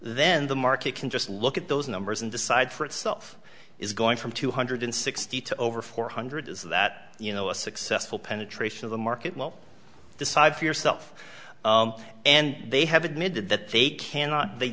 then the market can just look at those numbers and decide for itself is going from two hundred sixty to over four hundred is that you know a successful penetration of the market will decide for yourself and they have admitted that they cannot they